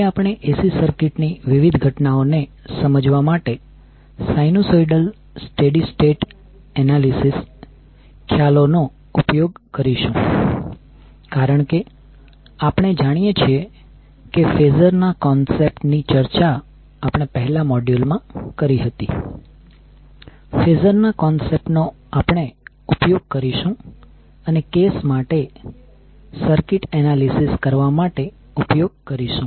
હવે આપણે AC circuit ની વિવિધ ઘટનાઓ ને સમજવા માટે sinusoidal steady state state analysis ખ્યાલો નો ઉપયોગ કરીશું કારણ કે આપણે જાણીએ છીએ કે ફેઝર ના કોન્સેપ્ટ ની ચર્ચા આપણે પહેલા મોડ્યુલમાં કરી હતી ફેઝર ના કોન્સેપ્ટ નો આપણે ઉપયોગ કરીશું અને કેસ માટે સર્કિટ એનાલિસિસ કરવા માટે ઉપયોગ કરીશું